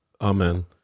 Amen